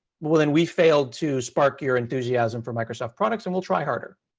well then we failed to spark your enthusiasm for microsoft products and we'll try harder.